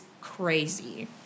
crazy